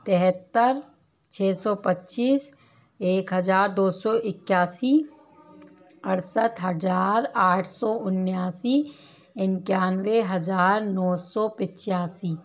तिहत्तर छः सौ पच्चीस एक हज़ार दो सौ इक्यासी अड़सठ हज़ार आठ सौ उन्यासी इक्यानवे हज़ार नौ सौ पिचासी